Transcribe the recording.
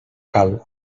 cal